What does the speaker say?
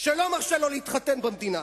שלא מרשה לו להתחתן במדינה,